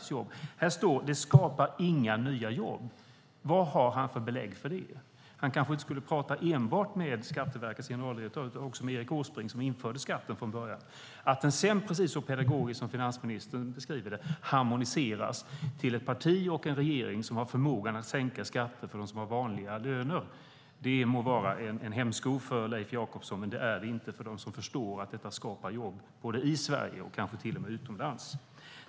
I interpellationen står det: Det skapar inga nya jobb. Vad har han för belägg för det? Han kanske inte skulle tala enbart med Skatteverkets generaldirektör utan också med Erik Åsbrink som införde skatten från början. Att den sedan, precis så pedagogiskt som finansministern beskriver det, harmoniseras av ett parti och en regering som har förmågan att sänka skatter för dem som har vanliga löner må vara en hämsko för Leif Jakobsson, men det är det inte för dem som förstår att detta skapar jobb både i Sverige och kanske till och med utomlands.